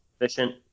efficient